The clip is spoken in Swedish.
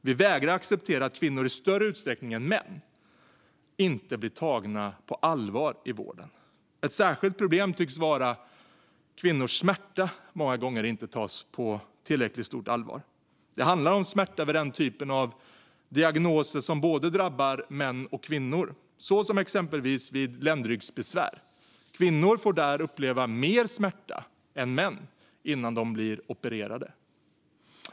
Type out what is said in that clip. Vi vägrar acceptera att kvinnor i större utsträckning än män inte blir tagna på allvar i vården. Ett särskilt problem tycks vara att kvinnors smärta många gånger inte tas på tillräckligt stort allvar. Det handlar om smärta vid den typen av diagnoser som drabbar både män och kvinnor, exempelvis vid ländryggsbesvär. Kvinnor får där uppleva mer smärta än män innan de blir opererade.